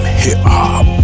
hip-hop